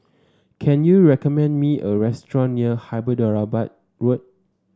can you recommend me a restaurant near Hyderabad Road